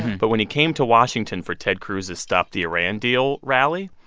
but when he came to washington for ted cruz's stop-the-iran-deal rally.